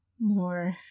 more